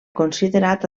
considerat